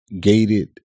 gated